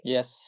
Yes